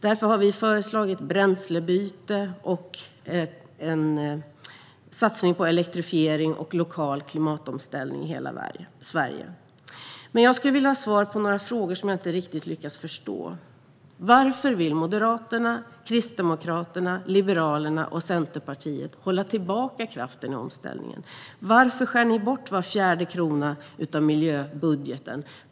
Därför har vi föreslagit bränslebyte och en satsning på elektrifiering och lokal klimatomställning i hela Sverige. Jag skulle vilja ha svar på några frågor om sådant som jag inte riktigt lyckas förstå. Varför vill Moderaterna, Kristdemokraterna, Liberalerna och Centerpartiet hålla tillbaka kraften i omställningen? Varför skär ni bort var fjärde krona av miljöbudgeten?